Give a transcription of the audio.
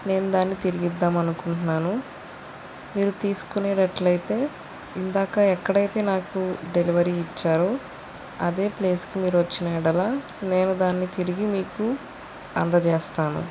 నేను దాన్ని తిరిగిద్దాం అనుకుంటున్నాను మీరు తీసుకునేటట్లయితే ఇందాక ఎక్కడైతే నాకు డెలివరీ ఇచ్చారో అదే ప్లేస్కు మీరు వచ్చిన యెడల నేను దాన్ని తిరిగి మీకు అందజేస్తాను